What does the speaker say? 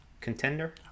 contender